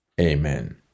amen